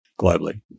globally